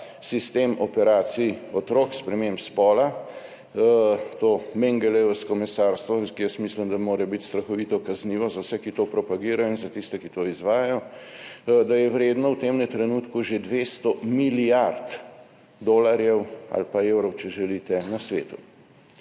sistem operacij otrok, sprememb spola, to mendelejevsko mesarstvo, za katero jaz mislim, da mora biti strahovito kaznivo za vse, ki to propagirajo, in za tiste, ki to izvajajo, da je vredno v tem trenutku že 200 milijard dolarjev ali pa evrov, če želite, na svetu.